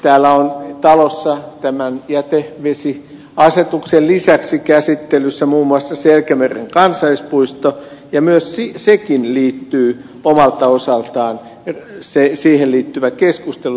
täällä on talossa tämän jätevesiasetuksen lisäksi käsittelyssä muun muassa selkämeren kansallispuisto ja myös se siihen liittyvä keskustelu liittyy omalta osaltaan tähän rehevöitymiseen